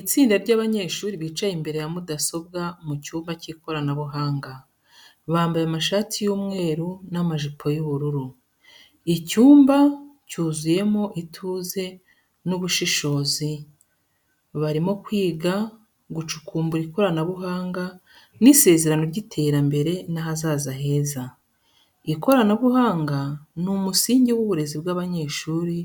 Itsinda ry’abanyeshuri bicaye imbere ya mudasobwa mu cyumba cy’ikoranabuhanga. Bambaye amashati y’umweru n’amajipo y'ubururu. Icyumba cyuzuyemo ituze n'ubushishozi, barimo kwiga, gucukumbura ikoranabuhanga n’isezerano ry’iterambere n'ahazaza heza. Ikoranabuhanga ni umusingi w'uburezi bw'abanyeshuri,